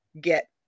get